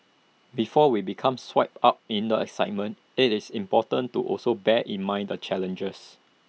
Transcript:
before we become swept up in the excitement IT is important to also bear in mind the challenges